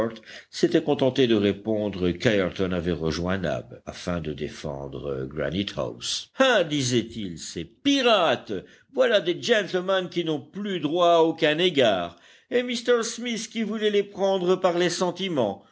s'était contenté de répondre qu'ayrton avait rejoint nab afin de défendre granitehouse hein disait-il ces pirates voilà des gentlemen qui n'ont plus droit à aucun égard et m smith qui voulait les prendre par les sentiments